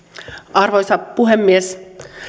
arvoisa puhemies